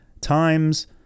times